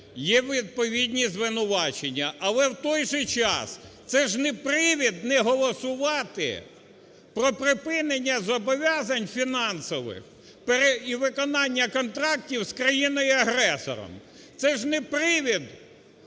є відповідні звинувачення, але в той же час це ж не привід не голосувати про припинення зобов'язань фінансових і виконання контрактів з країною-агресором. Це ж не привід